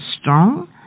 strong